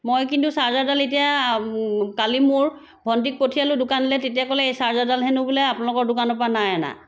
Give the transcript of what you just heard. মই কিন্তু চাৰ্জাৰডাল এতিয়া কালি মোৰ ভণ্টিক পঠিয়ালো দোকনলৈ তেতিয়া ক'লে এই চাৰ্জাৰডাল হেনো বোলে আপোনালোকৰ দোকানৰ পৰা নাই অনা